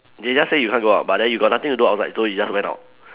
they just say you can't go out but then you got nothing to do outside so you just went out